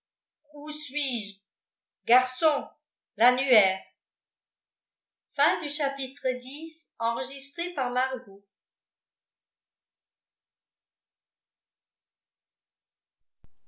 où suis-je garçon l'annuaire